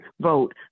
Vote